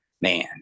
man